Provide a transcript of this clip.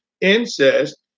incest